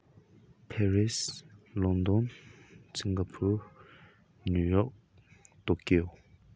Paris London Singapore New York Tokyo